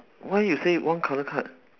why you say one colour card